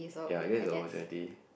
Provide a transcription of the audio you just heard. ya that's the opportunity